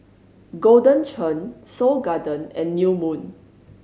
Golden Churn Seoul Garden and New Moon